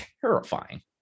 terrifying